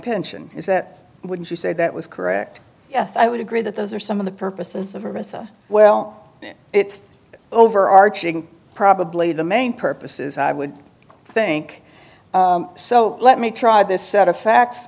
pension is that would you say that was correct yes i would agree that those are some of the purposes of her missa well it's overarching probably the main purposes i would think so let me try this set of facts